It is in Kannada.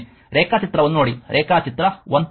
ರೇಖಾಚಿತ್ರವನ್ನು ನೋಡಿ ರೇಖಾಚಿತ್ರ 1